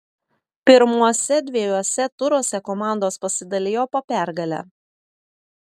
pirmuose dviejuose turuose komandos pasidalijo po pergalę